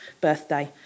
birthday